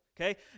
Okay